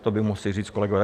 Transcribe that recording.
To by museli říct kolegové.